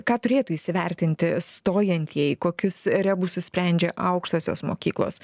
ir ką turėtų įsivertinti stojantieji kokius rebusus sprendžia aukštosios mokyklos